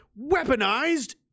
weaponized